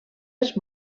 els